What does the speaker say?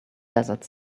desert